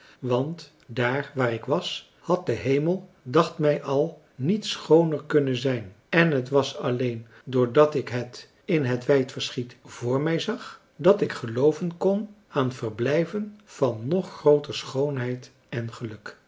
want daar waar ik was had de hemel dacht mij al niet schooner kunnen zijn en het was alleen doordat ik het in het wijd verschiet vr mij zag dat ik gelooven kon aan verblijven van nog grooter schoonheid en geluk